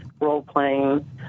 role-playing